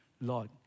Lord